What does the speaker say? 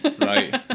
right